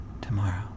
tomorrow